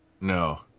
no